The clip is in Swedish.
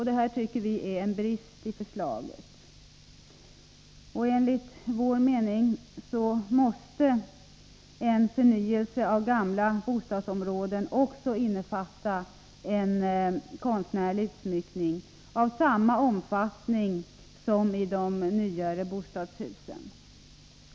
Det tycker vi är en brist i förslaget. Enligt vpk:s mening måste en förnyelse av gamla bostadsområden också innefatta en konstnärlig utsmyckning av samma omfattning som i de nyare bostadshusen.